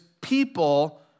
people